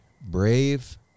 brave